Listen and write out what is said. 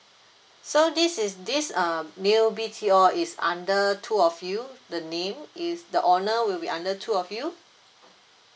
so this is this uh new B_T_O is under two of you the name is the owner will be under two of you